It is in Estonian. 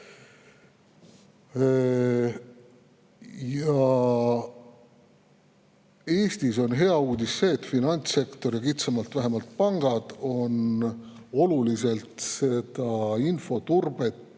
Eestis on hea uudis see, et finantssektor ja kitsamalt vähemalt pangad on oluliselt infoturvet